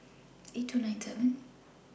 eight two nine seven